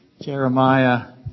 Jeremiah